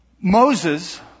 Moses